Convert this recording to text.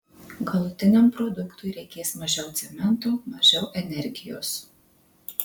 galutiniam produktui reikės mažiau cemento mažiau energijos